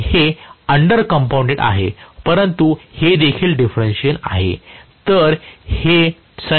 आणि हे under compounded आहे परंतु हे देखील डिफरेंशियल आहे तर हे संचयी आहे